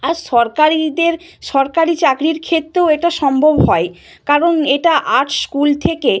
আর সরকারিদের সরকারি চাকরির ক্ষেত্রেও এটা সম্ভব হয় কারণ এটা আর্টস স্কুল থেকে